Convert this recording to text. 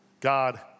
God